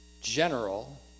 general